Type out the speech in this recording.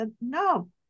No